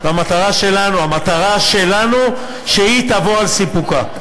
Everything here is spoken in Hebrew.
והמטרה שלנו היא שהיא תבוא על סיפוקה.